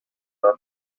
our